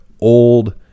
old